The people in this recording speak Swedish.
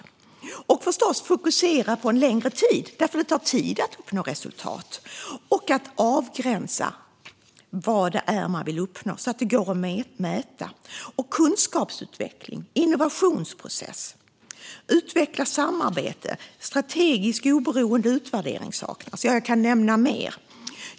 Man behöver förstås fokusera på att göra detta under längre tid, för det tar tid att nå resultat, och avgränsa vad man vill uppnå så att det går att mäta. Det behövs kunskapsutveckling, innovationsprocesser och utvecklat samarbete. Strategisk, oberoende utvärdering saknas. Jag kan nämna mer.